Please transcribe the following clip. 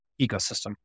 ecosystem